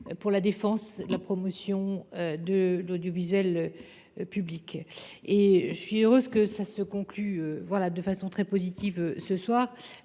de la défense et de la promotion de l’audiovisuel public. Je suis heureuse que ce travail se conclue de façon très positive ce soir.